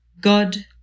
God